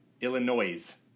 Illinois